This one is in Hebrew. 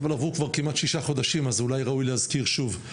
אבל עברו כמעט שישה חודשים אז אולי ראוי להזכיר שוב.